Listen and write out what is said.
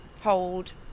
hold